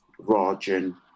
Rajan